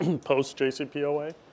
post-JCPOA